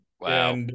Wow